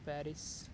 Paris